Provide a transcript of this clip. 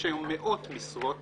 יש היום מאות משרות